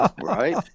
Right